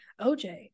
OJ